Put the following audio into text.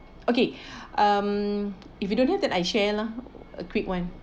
okay um if you don't have that I share lah a quick [one]